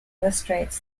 illustrates